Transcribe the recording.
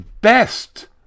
Best